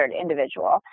individual